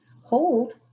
hold